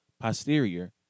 posterior